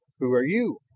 who are you?